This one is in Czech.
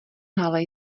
hale